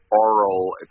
Oral